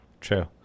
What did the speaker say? True